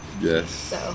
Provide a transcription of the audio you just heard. Yes